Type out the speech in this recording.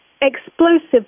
Explosive